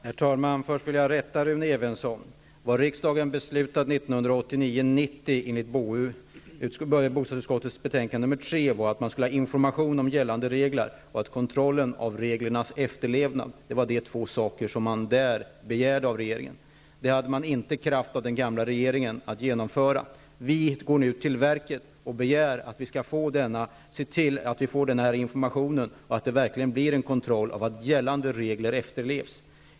Herr talman! Först vill jag rätta Rune Evensson. Vad riksdagen belutade 1989/90 enligt bostadsutskottets betänkande nr 3 var att man skulle sprida information om gällande regler och kontrollera reglernas efterlevnad. Det var de två saker som riksdagen begärde av regeringen. Det hade den gamla regeringen inte kraft att genomföra. Vi går nu till verket och begär att få ut informationen och att det verkligen blir en kontroll av att gällande regler efterlevs.